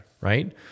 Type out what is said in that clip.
right